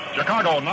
Chicago